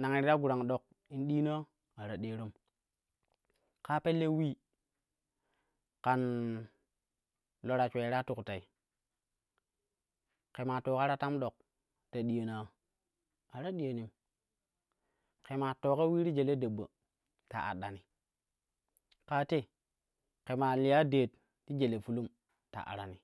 nangi ti fa gurang ɗok in dina ya, a ta diyaram, ƙaa pelle ulii kam lo ta shue ye ta tuk tei, ke maa tooka ta tam ɗok ta diyani ya, a ta diyanim, ke maa took ulii ti jele daɓɓa ta aɗɗani ƙaa te ƙe maa liya deet ti jele fulum ta arani.